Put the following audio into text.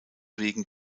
wegen